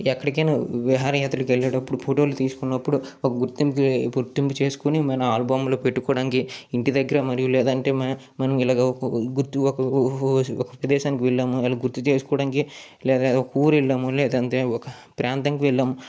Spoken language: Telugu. ఎక్కడికయినా విహారయాత్రలకు వెళ్ళేటప్పుడు ఫోటోలు తీసుకున్నపుడు ఒక గుర్తింపు గుర్తింపు చేసుకొని మన ఆల్బమ్లో పెట్టుకోవడానికి ఇంటిదగ్గర మరియు లేదంటే మనం ఇలాగా ఓ ఓ గుర్తు ఓ ఓ ఒక ప్రదేశానికి వెళ్ళాము అలా గుర్తు చేసుకోవడానికి లేదా ఒక ఊరు వెళ్ళాము లేదంటే ఒక ప్రాంతానికి వెళ్ళాము